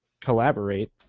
collaborate